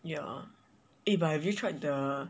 ya eh but have you tried the